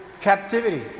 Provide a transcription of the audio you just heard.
captivity